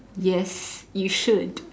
yes you should